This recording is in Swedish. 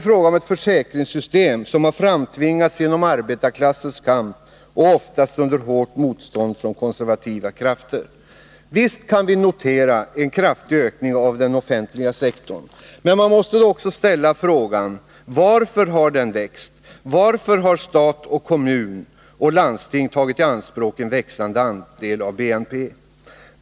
Detta försäkringssystem har framtvingats genom arbetarklassens kamp och oftast under hårt motstånd från konservativa krafter. Visst kan vi notera en ökning av den offentliga sektorn. Man måste då ställa frågan: Varför har den växt? Varför har stat, kommuner och landsting tagit i anspråk en växande andel av BNP?